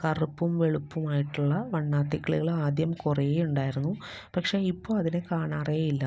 കറുപ്പും വെളുപ്പുമായിട്ടുള്ള വണ്ണാത്തി കിളികൾ ആദ്യം കുറെ ഉണ്ടായിരുന്നു പക്ഷെ ഇപ്പോൾ അതിനെ കാണാറേ ഇല്ല